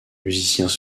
musiciens